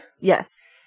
Yes